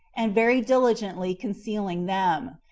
and very diligently concealing them.